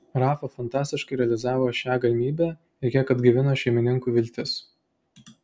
rafa fantastiškai realizavo šią galimybę ir kiek atgaivino šeimininkų viltis